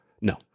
No